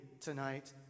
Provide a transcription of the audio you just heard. tonight